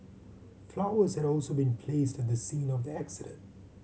flowers had also been placed at the scene of the accident